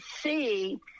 see